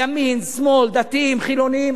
ימין, שמאל, דתיים, חילונים.